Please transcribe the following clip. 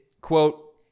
quote